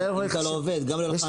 אם אתה לא עובד גם לא תהיה לך הנחה.